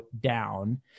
down